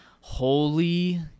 holy